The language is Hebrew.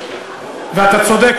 ואתה צודק,